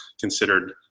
considered